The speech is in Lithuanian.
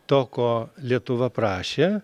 to ko lietuva prašė